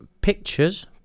pictures